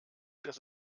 dass